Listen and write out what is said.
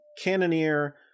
cannoneer